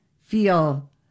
feel